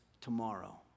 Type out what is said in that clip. tomorrow